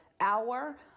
hour